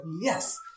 yes